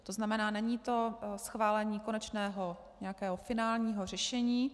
To znamená, není to schválení konečného, finálního řešení.